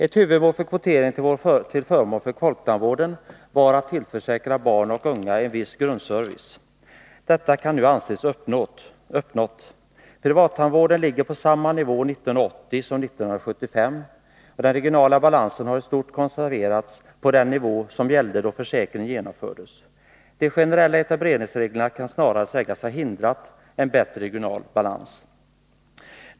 Ett huvudmål för kvoteringen till förmån för folktandvården var att tillförsäkra barn och unga en viss grundservice. Detta kan nu anses uppnått. Privattandvården ligger på samma nivå 1980 som 1975. Den regionala balansen har i stort konserverats på den nivå som gällde då försäkringen genomfördes. De generella etableringsreglerna kan snarare sägas ha hindrat en bättre regional balans.